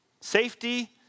safety